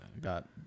got